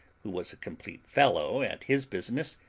who was a complete fellow at his business,